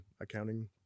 accounting